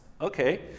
okay